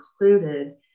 included